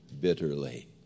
bitterly